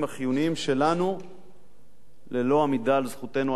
שלנו ללא עמידה על זכותנו על הארץ.